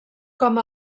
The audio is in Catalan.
com